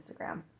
Instagram